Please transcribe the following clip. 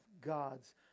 God's